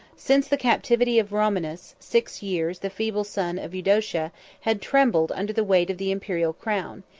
since the captivity of romanus, six years the feeble son of eudocia had trembled under the weight of the imperial crown,